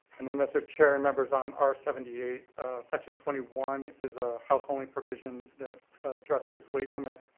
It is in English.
and and mr. chair and members on r seventy eight section twenty one is a house only provision that addresses weight limits